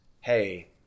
hey